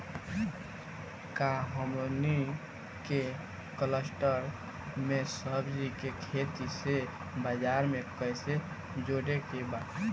का हमनी के कलस्टर में सब्जी के खेती से बाजार से कैसे जोड़ें के बा?